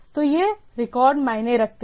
तो ये रिकॉर्ड मायने रखते हैं